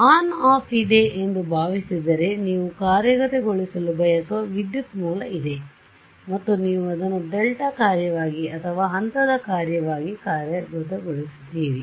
on off ಇದೆ ಎಂದು ಭಾವಿಸಿದರೆ ನೀವು ಕಾರ್ಯಗತಗೊಳಿಸಲು ಬಯಸುವ ವಿದ್ಯುತ್ ಮೂಲ ಇದೆ ಮತ್ತು ನೀವು ಅದನ್ನು ಡೆಲ್ಟಾ ಕಾರ್ಯವಾಗಿ ಅಥವಾ ಹಂತದ ಕಾರ್ಯವಾಗಿ ಕಾರ್ಯಗತಗೊಳಿಸುತ್ತೀರಿ